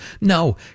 No